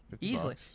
Easily